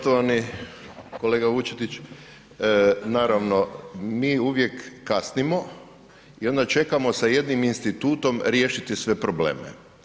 Poštovani kolega Vučetić, naravno, mi uvijek kasnimo i onda čekamo sa jednim institutom riješiti sve probleme.